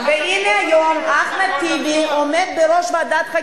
ואת עושה את זה מחוסר ידע.